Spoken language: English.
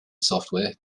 software